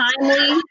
timely